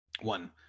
One